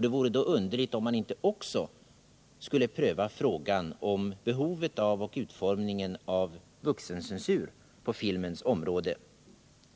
Det vore underligt om man inte då också skulle pröva frågan om behovet av och utformningen av en vuxencensur på filmens område.